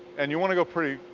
and you want to go pretty,